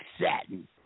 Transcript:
Satin